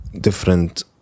different